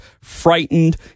frightened